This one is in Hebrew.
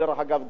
דרך אגב,